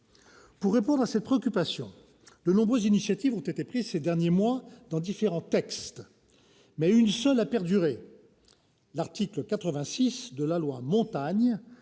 Pour répondre à cette préoccupation, de nombreuses initiatives ont été prises ces derniers mois dans différents textes, mais une seule a perduré : l'article 86 de la loi de